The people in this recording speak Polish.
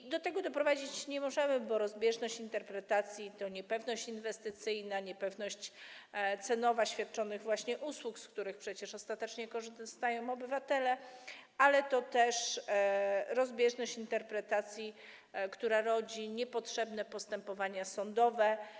Do tego nie możemy doprowadzić, bo rozbieżność interpretacji to niepewność inwestycyjna, niepewność cenowa świadczonych właśnie usług, z których przecież ostatecznie korzystają obywatele, ale też rozbieżność interpretacji, która rodzi niepotrzebne postępowania sądowe.